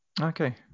Okay